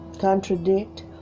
contradict